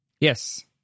Yes